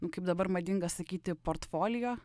nu kaip dabar madinga sakyti portfolio